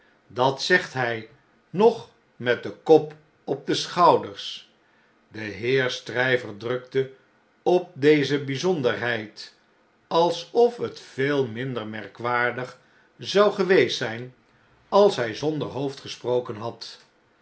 dat zegt hij nog met den kop op de schouders de heer stryver drukte op deze bjjzonderheid alsof het veel minder merkwaardig zou geweest zjjn als hy zonder hoofd gesproken had